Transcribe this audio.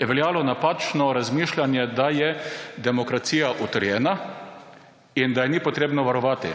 je veljalo napačno razmišljanje, da je demokracija utrjena in da jo ni potrebno varovati.